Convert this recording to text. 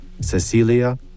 Cecilia